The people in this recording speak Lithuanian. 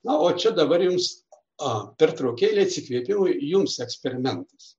na o čia dabar jums pertraukėlė atsikvėpimui jums eksperimentas